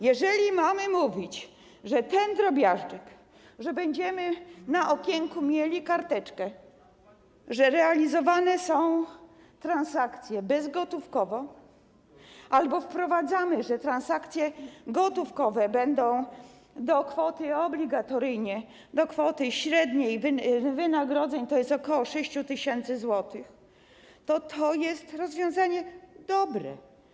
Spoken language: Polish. Jeżeli mamy mówić o tym drobiażdżku, że będziemy na okienku mieli karteczkę, że realizowane są transakcje bezgotówkowo, że wprowadzamy, że transakcje gotówkowe będą obligatoryjnie do kwoty średniej wynagrodzeń, tj. ok. 6 tys. zł, to jest to rozwiązanie dobre.